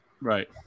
right